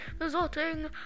resulting